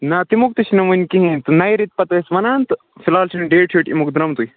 نہ تمیُک تہِ چھِنہٕ وٕنہِ کِہیٖنۍ تہٕ نَیہِ رٔتۍ پَتہٕ ٲسۍ وَنان تہٕ فِلحال چھُنہٕ ڈیٹ ویٹ امیُک درٛامتُے